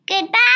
Goodbye